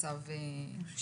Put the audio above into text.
הצבעה אושר.